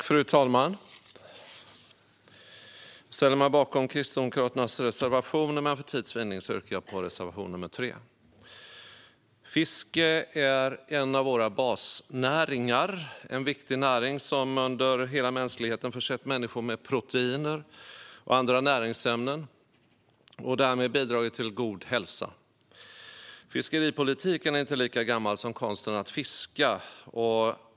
Fru talman! Jag ställer mig bakom Kristdemokraternas reservationer, men för tids vinnande yrkar jag bifall endast till reservation nr 3. Fiske är en av våra basnäringar. Det är en viktig näring som under hela mänskligheten har försett människor med proteiner och andra näringsämnen och därmed bidragit till god hälsa. Fiskeripolitiken är inte lika gammal som konsten att fiska.